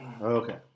Okay